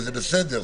וזה בסדר.